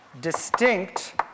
Distinct